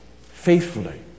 faithfully